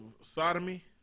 sodomy